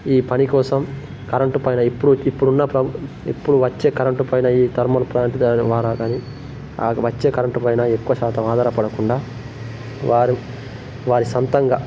ఈ పని కోసం కరంటు పైన ఇప్పుడు ఇప్పుడున్న ప్ర ఇప్పుడు వచ్చే కరంటు పైన ఈ థర్మల్ ప్లాంట్ ద్వారా వాడాలని వచ్చే కరంటు పైన ఎక్కువ శాతం ఆధారపడకుండా వారు వారి సొంతంగా